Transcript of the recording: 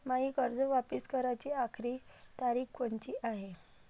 मायी कर्ज वापिस कराची आखरी तारीख कोनची हाय?